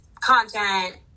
content